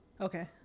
Okay